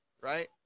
right